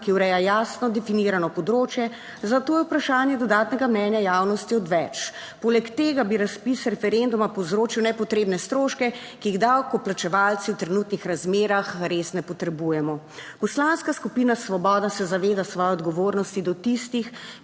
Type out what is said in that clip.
ki ureja jasno definirano področje, zato je vprašanje dodatnega mnenja javnosti odveč. Poleg tega bi razpis referenduma povzročil nepotrebne stroške, ki jih davkoplačevalci v trenutnih razmerah res ne potrebujemo. Poslanska skupina Svoboda se zaveda svoje odgovornosti do tistih,